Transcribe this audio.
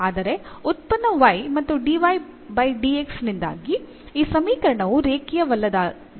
ಆದರೆ ಉತ್ಪನ್ನ y ಮತ್ತು ನಿಂದಾಗಿ ಈ ಸಮೀಕರಣವು ರೇಖೀಯವಲ್ಲದದ್ದಾಗಿದೆ